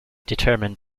determined